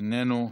איננו,